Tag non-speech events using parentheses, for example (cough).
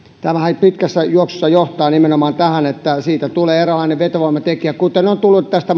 tämähän pitkässä juoksussa johtaa nimenomaan tähän että siitä tulee eräänlainen vetovoimatekijä kuten on tullut tästä (unintelligible)